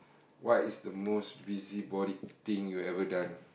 what is the most busybody thing you ever done